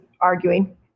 arguing